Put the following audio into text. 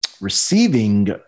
receiving